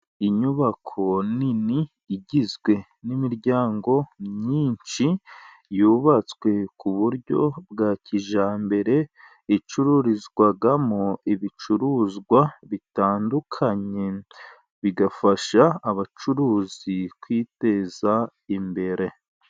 Inyubako nini igizwe n'imiryango myinshi, yubatswe ku buryo bwa kijyambere, icururizwamo ibicuruzwa bitandukanye, bigafasha abacuruzi kwiteza imbere.